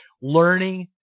learning